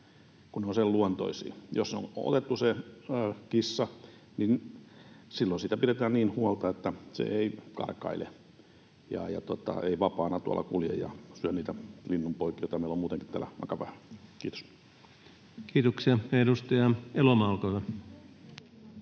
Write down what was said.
”kun ne ovat sen luontoisia”. Jos on otettu se kissa, niin silloin siitä pidetään huolta niin, että se ei karkaile ja ei vapaana tuolla kulje ja syö niitä linnunpoikia, joita meillä on muutenkin täällä aika vähän. — Kiitos. [Speech 140] Speaker: